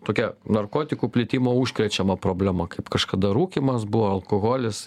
tokia narkotikų plitimo užkrečiama problema kaip kažkada rūkymas buvo alkoholis